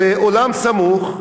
באולם סמוך,